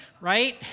Right